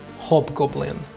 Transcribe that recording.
Hobgoblin